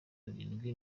arindwi